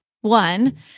one